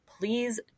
please